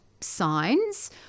signs